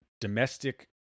domestic